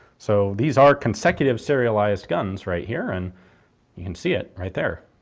so these are consecutive serialised guns right here, and you can see it right there.